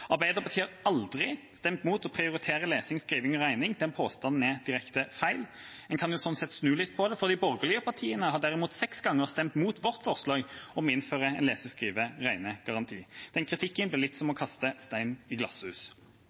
Arbeiderpartiet har aldri stemt imot å prioritere lesing, skriving og regning, den påstanden er direkte feil. En kan sånn sett snu litt på det, for de borgerlige partiene har derimot seks ganger stemt imot våre forslag om å innføre en lese-, skrive- og regnegaranti. Den kritikken blir litt som å kaste stein i glasshus.